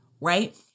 right